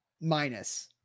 minus